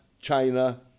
China